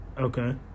Okay